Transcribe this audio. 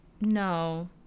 No